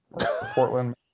Portland